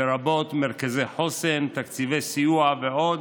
לרבות מרכזי חוסן, תקציבי סיוע ועוד,